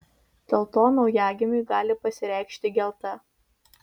dėl to naujagimiui gali pasireikšti gelta